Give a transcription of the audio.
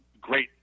great